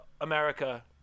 America